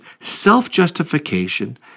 self-justification